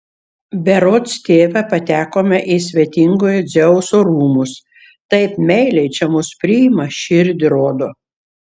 berods tėve patekome į svetingojo dzeuso rūmus taip meiliai čia mus priima širdį rodo